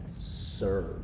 serve